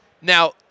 Now